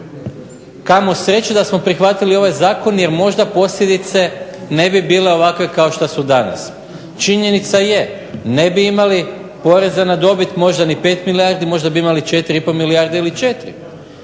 Kamo sreće da smo prihvatili ovaj zakon jer možda posljedice ne bi bile ovakve kao što su danas. Činjenica je ne bi imali poreza na dobit možda ni 5 milijardi, možda bi imali 4 i pol milijarde ili 4.